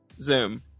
Zoom